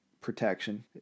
protection